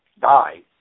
die